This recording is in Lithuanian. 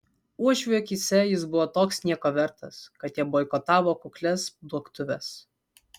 uošvių akyse jis buvo toks nieko vertas kad jie boikotavo kuklias tuoktuves